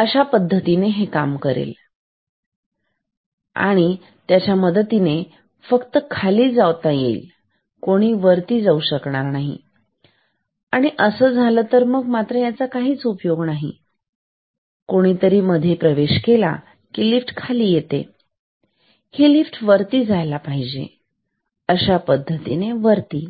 अशा पद्धतीने काम करेल या मदतीने फक्त खाली येऊ शकतील कोणी वरती जाऊ शकणार नाही परंतु मग याचा काहीच उपयोग नाही कोणीतरी मध्ये प्रवेश केला तर लिफ्ट खाली येते हे लिफ्ट वरती जायला पाहिजे अशा पद्धतीने वरती